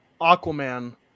Aquaman